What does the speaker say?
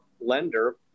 lender